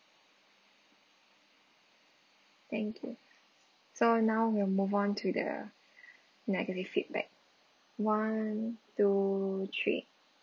thank you so now we'll move on to the negative feedback one two three